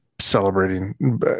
celebrating